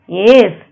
yes